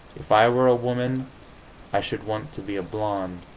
if i were a woman i should want to be a blonde.